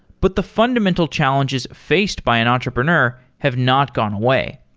but the fundamental challenges faced by an entrepreneur have not gone away.